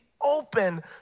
open